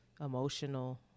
emotional